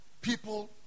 people